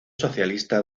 socialista